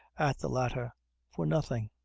at the latter for nothing.